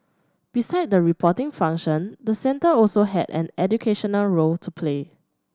beside the reporting function the centre also has an educational role to play